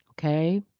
okay